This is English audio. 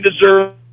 deserve